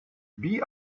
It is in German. wie